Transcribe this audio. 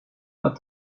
pas